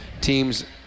teams